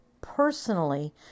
personally